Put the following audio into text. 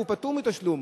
הוא פטור מתשלום,